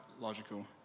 logical